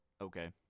Okay